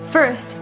First